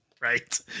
Right